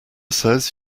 says